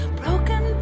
broken